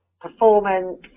performance